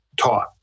taught